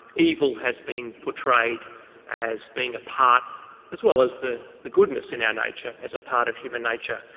evil has been portrayed as being a part as well as the the goodness in our nature as a part of human nature.